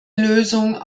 lösung